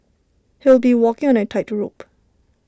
he'll be walking on A tightrope